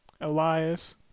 Elias